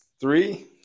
Three